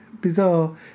bizarre